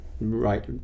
right